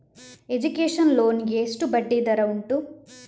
Education loan ಗೆ ಎಷ್ಟು ಬಡ್ಡಿ ದರ ಉಂಟು?